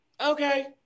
Okay